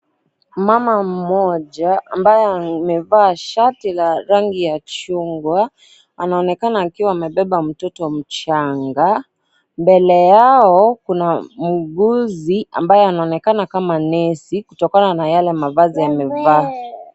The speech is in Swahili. Mama mmoja, ambaye amevaa shati ya rangi ya chungwa, anaonekana akiwa amebeba mtoto mchanga. Mbele yao, kuna muuguzi ambaye anaonekana kama nesi, kutokana na yale mavazi amevaa.